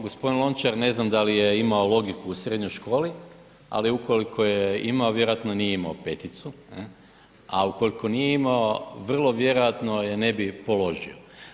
Gospodin Lončar ne znam da li je imao logiku u srednjoj školi, ali ukoliko je imamo vjerojatno nije imao 5-ticu, a u ukoliko nije imamo vrlo vjerojatno je ne bi položio.